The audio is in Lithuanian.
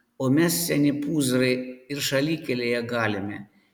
o mes seni pūzrai ir šalikelėje galime